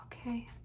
Okay